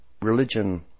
Religion